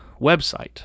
website